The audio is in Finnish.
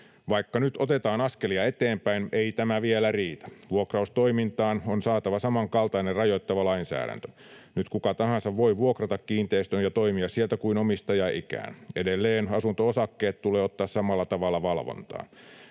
Vaikka nyt otetaan askelia eteenpäin, ei tämä vielä riitä. Vuokraustoimintaan on saatava samankaltainen rajoittava lainsäädäntö. Nyt kuka tahansa voi vuokrata kiinteistön ja toimia sieltä kuin omistaja ikään. Edelleen asunto-osakkeet tulee ottaa samalla tavalla valvontaan.